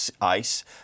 ice